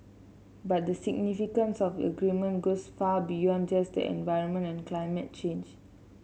but the significance of agreement goes far beyond just the environment and climate change